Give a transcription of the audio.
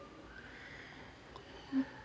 mm